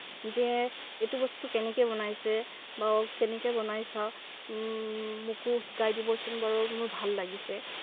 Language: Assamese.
যে এইটো বস্তু কেনেকে বনাইছে বা কেনেকে বনাইছা মোকো শিকাই দিবচোন বাৰু মোৰ ভাল লাগিছে